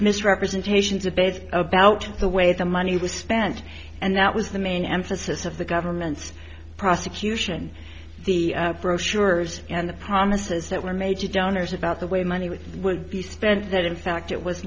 misrepresentations a bit about the way the money was spent and that was the main emphasis of the government's prosecution the brochures and the promises that were made to donors about the way money was would be spent that in fact it was